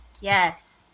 yes